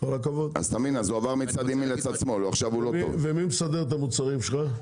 אתה מבין הוא עבר מצד ימין לצד שמאל --- ומי מסדר את המוצרים שלך?